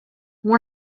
one